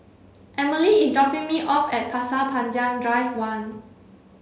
Emilie is dropping me off at Pasir Panjang Drive one